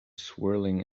swirling